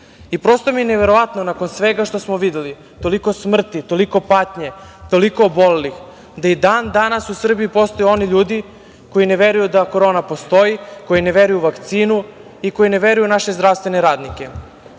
koronu. Prosto mi je neverovatno nakon svega što smo videli, toliko smrti, toliko patnje, toliko obolelih, da i dan danas u Srbiji postoje oni ljudi koji ne veruju da korona postoji, koji ne veruju u vakcinu i koji ne veruju u naše zdravstvene radnike.